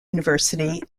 university